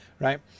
right